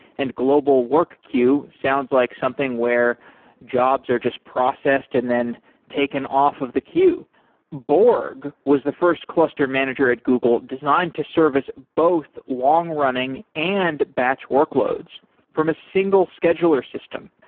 and global work queue sounds like something where jobs are just processed and then taken off of the queue borg was the first cluster manager at google designed to service both long-running and batch workloads from a single scheduler system.